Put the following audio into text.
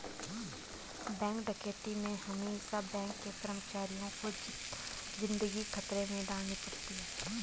bank डकैती में हमेसा बैंक के कर्मचारियों को जिंदगी खतरे में डालनी पड़ती है